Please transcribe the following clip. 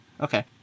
Okay